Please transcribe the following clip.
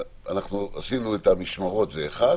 אנחנו עשינו את המשמרות זה אחד,